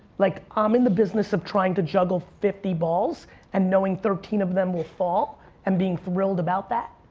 like um in the business of trying to juggle fifty balls and knowing thirteen of them will fall and being thrilled about that,